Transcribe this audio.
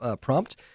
prompt